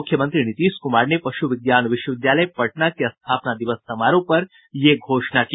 मुख्यमंत्री नीतीश कुमार ने पशु विज्ञान विश्वविद्यालय पटना के स्थापना दिवस समारोह पर यह घोषणा की